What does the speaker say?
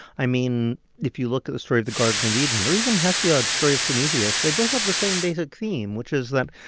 i mean, if you look at the story of the garden of eden or even hesiod's story of prometheus, they both have the same basic theme, which is that,